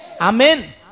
Amen